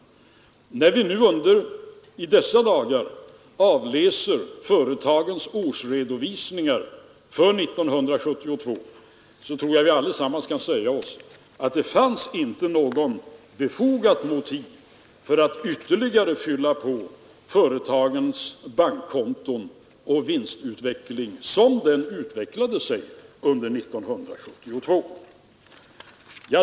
När vi i dessa dagar avläser företagens årsredovisningar för 1972 tror jag vi allesammans kan säga oss att det inte fanns något befogat motiv för att ytterligare fylla på företagens bankkonton med tanke på vinstutvecklingen under 1972.